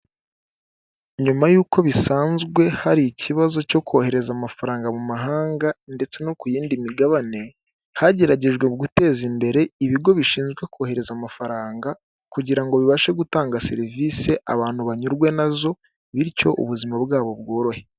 Nyuma y'uko bisanzwe hari ikibazo cyo kohereza amafaranga mu mahanga ndetse no ku yindi migabane, hageragejwe guteza imbere ibigo bishinzwe kohereza amafaranga kugira ngo bibashe gutanga serivise abantu banyurwe nazo, bityo ubuzima bwabo bworohe.